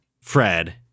Fred